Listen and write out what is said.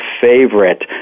favorite